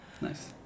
Nice